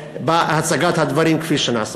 בהצגת הדברים כפי שנעשתה.